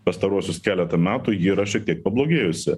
pastaruosius keletą metų ji yra šiek tiek pablogėjusi